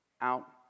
out